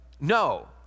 No